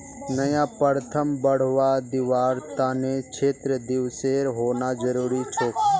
नया प्रथाक बढ़वा दीबार त न क्षेत्र दिवसेर होना जरूरी छोक